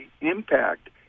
impact